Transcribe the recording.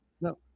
No